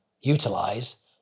utilize